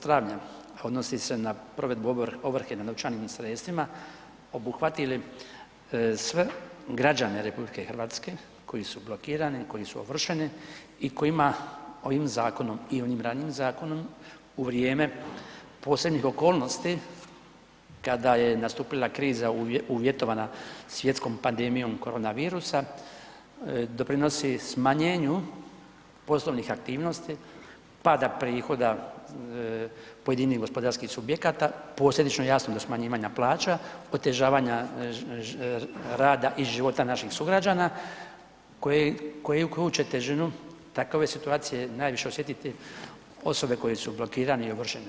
Travnja, a odnosi se na provedbu ovrhe na novčanim sredstvima obuhvatili sve građane RH koji su blokirani, koji su ovršeni i kojima ovim zakonom i onim ranijim zakonom u vrijeme posebnih okolnosti kada je nastupila kriza uvjetovana svjetskom pandemijom korona virusa doprinosi smanjenju poslovnih aktivnosti, pada prihodi pojedinih gospodarskih subjekata, posljedično jasno do smanjivanja plaća, otežavanja rada i života naših sugrađana koji će težinu takove situacije najviše osjetiti osobe koje su blokirane i ovršene.